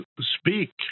speak